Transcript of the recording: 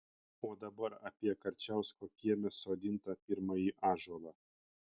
o dabar apie karčiausko kieme sodintą pirmąjį ąžuolą